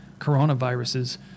coronaviruses